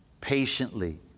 Patiently